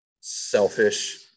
selfish